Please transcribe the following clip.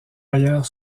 ailleurs